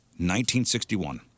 1961